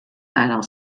einer